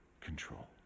control